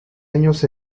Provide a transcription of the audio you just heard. años